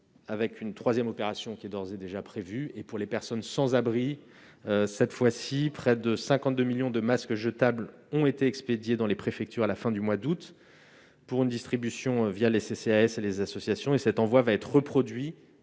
une troisième opération étant d'ores et déjà prévue. Pour les personnes sans abri, près de 52 millions de masques jetables ont été expédiés dans les préfectures à la fin du mois d'août, pour une distribution les CCAS et les associations. Cet envoi va être reproduit,